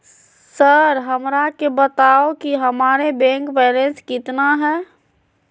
Sir हमरा के बताओ कि हमारे बैंक बैलेंस कितना है?